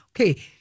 Okay